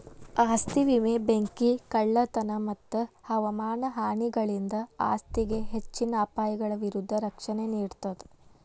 ಆಸ್ತಿ ವಿಮೆ ಬೆಂಕಿ ಕಳ್ಳತನ ಮತ್ತ ಹವಾಮಾನ ಹಾನಿಗಳಿಂದ ಆಸ್ತಿಗೆ ಹೆಚ್ಚಿನ ಅಪಾಯಗಳ ವಿರುದ್ಧ ರಕ್ಷಣೆ ನೇಡ್ತದ